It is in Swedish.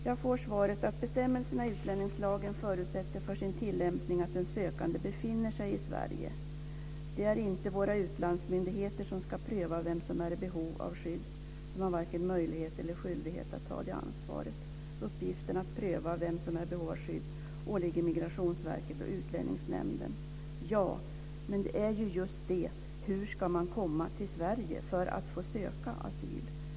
Jag får svaret att bestämmelserna i utlänningslagen förutsätter för sin tillämpning att den sökande befinner sig i Sverige. Det är inte våra utlandsmyndigheter som ska pröva vem som är i behov av skydd. De har varken möjlighet eller skyldighet att ta det ansvaret. Uppgiften att pröva vem som är i behov av skydd åligger Migrationsverket och Utlänningsnämnden. Ja, men det är ju just det. Hur ska man komma till Sverige för att få söka asyl?